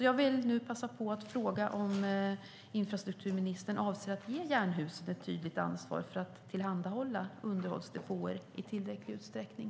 Jag vill därför fråga om infrastrukturministern avser att ge Jernhusen ett tydligt ansvar för att tillhandahålla underhållsdepåer i tillräcklig omfattning.